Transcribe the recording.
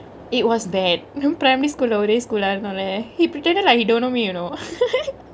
it was bad primary school ல ஒரே:le ore school லா இருந்தோல:la irunthole he pretended like he don't know me you know